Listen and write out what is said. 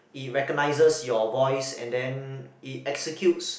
it recognises your voice and then it executes